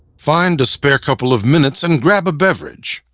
find a spare couple of minutes and grab a beverage,